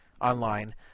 online